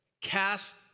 cast